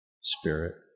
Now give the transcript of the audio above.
Spirit